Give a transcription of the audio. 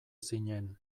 zinen